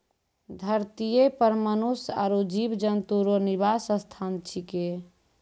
धरतीये पर मनुष्य आरु जीव जन्तु रो निवास स्थान छिकै